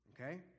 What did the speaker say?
okay